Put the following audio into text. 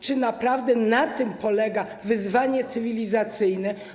Czy naprawdę na tym polega wyzwanie cywilizacyjne?